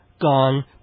Gone